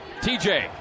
TJ